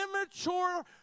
immature